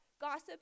gossip